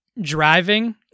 driving